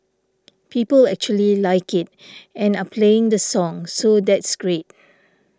people actually like it and are playing the song so that's great